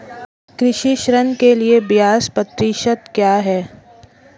कृषि ऋण के लिए ब्याज प्रतिशत क्या है?